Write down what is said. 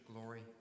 glory